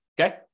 Okay